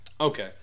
Okay